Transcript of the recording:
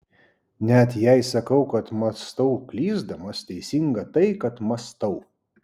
net jei sakau kad mąstau klysdamas teisinga tai kad mąstau